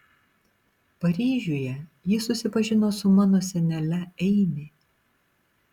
paryžiuje jis susipažino su mano senele eimi